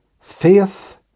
Faith